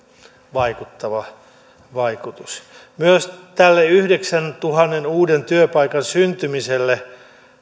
vaikutus myöskään tälle yhdeksäntuhannen uuden työpaikan syntymiselle